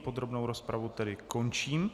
Podrobnou rozpravu tedy končím.